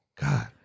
God